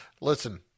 Listen